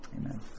amen